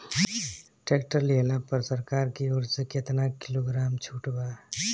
Tractor लिहला पर सरकार की ओर से केतना किलोग्राम छूट बा?